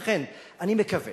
ולכן אני מקווה